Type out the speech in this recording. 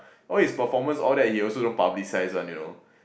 all his performance all that he also don't publicize one you know